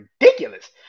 ridiculous